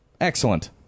Excellent